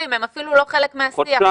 מראש השנה למעשה.